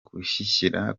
kuyishyira